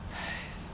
!hais!